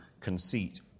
conceit